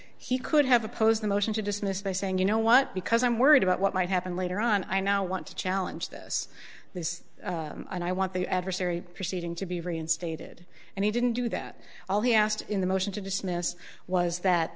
he could have opposed the motion to dismiss by saying you know what because i'm worried about what might happen later on i now want to challenge this this and i want the adversary proceeding to be reinstated and he didn't do that all he asked in the motion to dismiss was that